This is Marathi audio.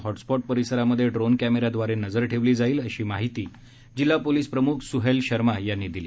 हॉटस्पॉट परिसरामध्ये ड्रोन कॅमे याद्वारे नजर ठेवण्यात येणार आहे अशी माहिती जिल्हा पोलीस प्रमुख सुहैल शर्मा यांनी दिली